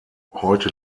heute